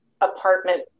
apartment